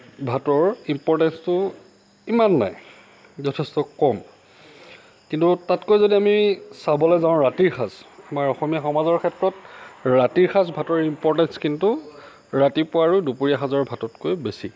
ভাতৰ ইম্পৰণ্টেছটো ইমান নাই যথেষ্ট কম কিন্তু তাতকৈ যদি আমি চাবলৈ যাওঁ ৰাতিৰ সাঁজ আমাৰ অসমীয়া সমাজৰ ক্ষেত্ৰত ৰাতি সাঁজ ভাতৰ ইম্পৰণ্টেছ কিন্তু ৰাতিপুৱা আৰু দুপৰীয়া সাঁজৰ ভাততকৈ বেছি